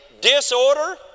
disorder